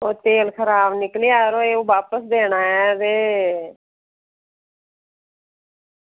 ओह् तेल खराब निकलेआ ते ओह् बापस देना ऐ ते